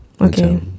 Okay